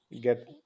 get